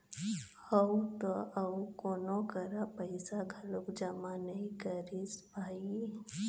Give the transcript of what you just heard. अउ त अउ कोनो करा पइसा घलोक जमा नइ करिस भई